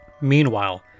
Meanwhile